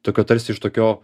tokio tarsi iš tokio